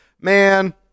man